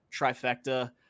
trifecta